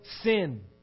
sin